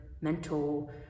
mental